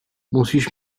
musíš